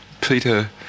Peter